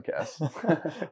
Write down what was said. podcast